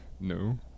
No